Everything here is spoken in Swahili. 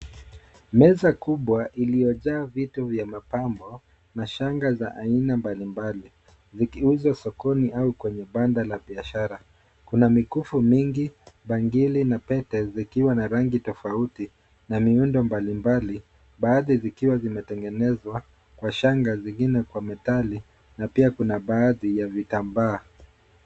Meza kubwa iliyojaa vitu vya mapambo, na shanga za aina mbali mbali, zikuzwa sokoni au kwenye banda la biashara. Kuna mikufu mingi, bangili, na pete, zikiwa na rangi tofauti, na miundo mbali mbali, baadhi zikiwa zimetengenezwa kwa shanga, zingine kwa metali, na pia kuna baadhi ya vitambaa.